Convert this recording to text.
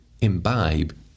imbibe